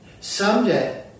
someday